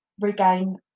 regain